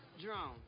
Drone